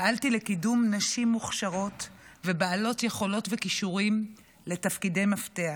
פעלתי לקידום נשים מוכשרות ובעלות יכולות וכישורים לתפקידי מפתח.